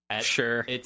Sure